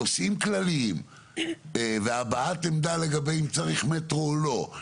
נושאים כלליים והבעת עמדה לגבי אם צריך מטרו או לא,